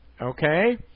Okay